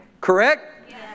Correct